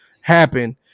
happen